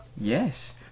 yes